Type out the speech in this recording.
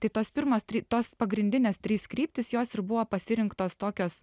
tai tos pirmos try tos pagrindinės trys kryptys jos ir buvo pasirinktos tokios